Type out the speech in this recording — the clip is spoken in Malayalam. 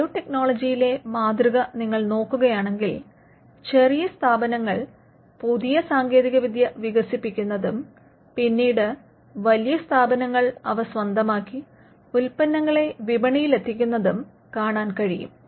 ബയോടെക്നോളജിയിലെ മാതൃക നിങ്ങൾ നോക്കുകയാണെങ്കിൽ ചെറിയ സ്ഥാപനങ്ങൾ പുതിയ സാങ്കേതിക വിദ്യ വികസിപ്പിക്കുന്നതും പിന്നീട് വലിയ സ്ഥാപനങ്ങൾ അവ സ്വന്തമാക്കി ഉൽപ്പന്നങ്ങളെ വിപണിയിൽ എത്തിക്കുന്നതും കാണാൻ കഴിയും